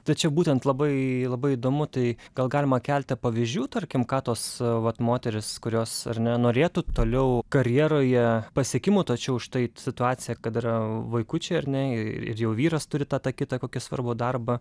tai čia būtent labai labai įdomu tai gal galima keletą pavyzdžių tarkim ką tos vat moterys kurios ar ne norėtų toliau karjeroje pasiekimų tačiau štai situaciją kad yra vaikučiai ar ne ir jau vyras turi tą tą kitą kokį svarbų darbą